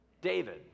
David